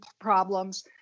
problems